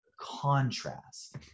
contrast